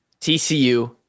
TCU